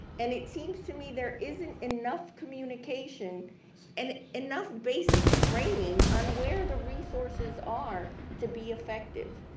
and it seems to me there isn't enough communication and enough basic training on where the resources are to be effective.